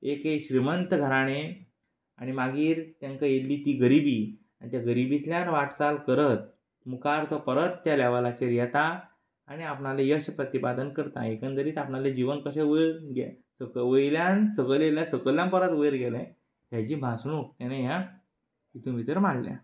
एके श्रीमंत घराणें आनी मागीर तेंकां येल्ली ती गरीबी आनी ते गरीबींतल्यान वाटचाल करत मुखार तो परत त्या लेव्हलाचेर येता आनी आपणालें यश प्रतिपादन करता एकंदरीत आपलें जीवन कशें वयर वयल्यान सकल येलें सकयल्यान परत वयर गेलें हेची भासणूक तेणें ह्या हितून भितर मांडल्या